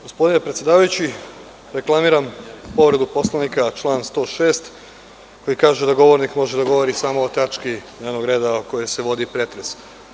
Gospodine predsedavajući, reklamiram povredu Poslovnika, član 106. koji kaže da govornik može da govori samo o tački dnevnog reda o kojoj se vodi pretres.